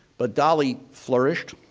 but dolley flourished,